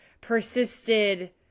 persisted